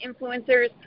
influencers